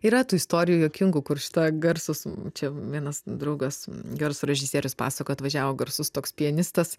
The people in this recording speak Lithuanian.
yra tų istorijų juokingų kur šita garsūs čia vienas draugas gerso režisierius pasakojo atvažiavo garsus toks pianistas